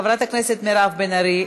חברת הכנסת מירב בן ארי,